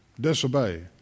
disobey